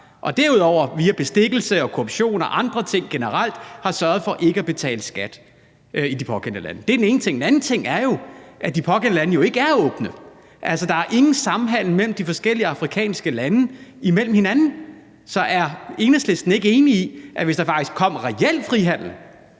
de derudover via bestikkelse, korruption og andre ting generelt har sørget for ikke at betale skat i det pågældende lande. Det er den ene ting. Den anden ting er, at de pågældende lande jo ikke er åbne. Altså, der er ingen samhandel mellem de forskellige afrikanske lande. Så er Enhedslisten ikke enig i, at hvis der faktisk kom reel frihandel